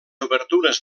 obertures